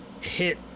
hit